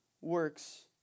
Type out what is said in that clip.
works